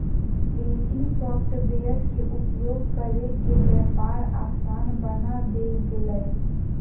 day trading software के उपयोग करके व्यापार आसान बना देल गेलय